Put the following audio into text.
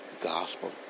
gospel